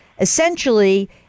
essentially